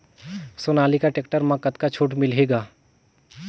Sonalika tractor म कतका छूट मिलही ग?